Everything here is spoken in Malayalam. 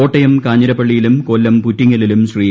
കോട്ടയം കാഞ്ഞിരപ്പള്ളിയിലും കൊല്ലം പുറ്റിങ്ങലിലും ശ്രീ